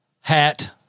hat